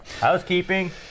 Housekeeping